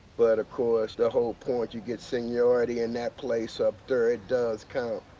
but, of course, the whole point, you get seniority in that place up there, it does count.